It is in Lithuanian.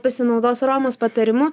pasinaudos romos patarimu